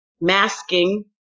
masking